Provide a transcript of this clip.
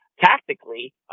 tactically